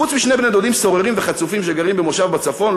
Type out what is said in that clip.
חוץ משני בני-דודים סוררים וחצופים שמתגוררים במושב בצפון.